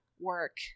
work